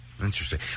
Interesting